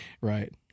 Right